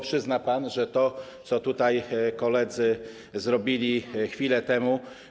Przyzna pan, że to, co tutaj koledzy zrobili chwilę temu.